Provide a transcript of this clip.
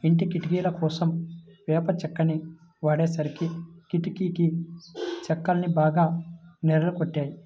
ఇంటి కిటికీలకోసం వేప చెక్కని వాడేసరికి కిటికీ చెక్కలన్నీ బాగా నెర్రలు గొట్టాయి